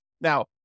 Now